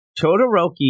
Todoroki